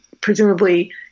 presumably